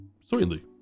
sweetly